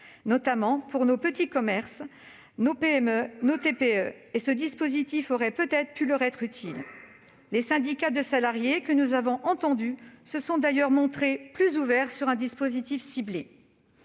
notamment parmi les petits commerces, les TPE et les PME, ce dispositif aurait peut-être pu leur être utile. D'ailleurs, les syndicats de salariés que nous avons entendus se sont montrés plus ouverts sur un dispositif ciblé.